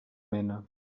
mena